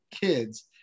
kids